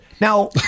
Now